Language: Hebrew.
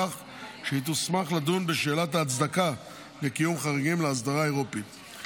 כך שהיא תוסמך לדון בשאלת ההצדקה לקיום חריגים לאסדרה האירופית.